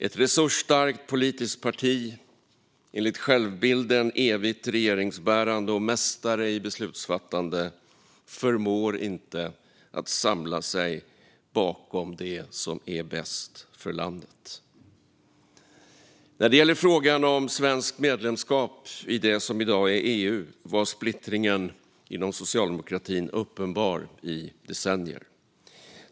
Ett resursstarkt politiskt parti, enligt självbilden evigt regeringsbärande och mästare i beslutsfattande, förmår inte att samla sig bakom det som är bäst för landet. När det gäller frågan om svenskt medlemskap i det som i dag är EU var splittringen inom socialdemokratin uppenbar i decennier.